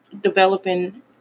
developing